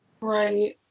Right